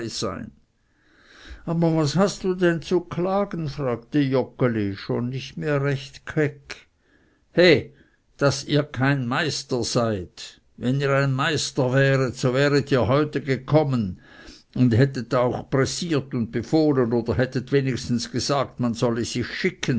aber was hast du denn zu klagen fragte joggeli schon nicht mehr recht keck he daß ihr kein meister seid wenn ihr ein meister wäret so wäret ihr heute gekommen und hättet auch pressiert und befohlen oder hättet wenigstens gesagt man solle sich schicken